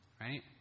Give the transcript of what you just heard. Right